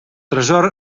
tresor